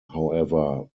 however